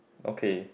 okay